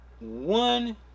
one